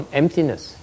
emptiness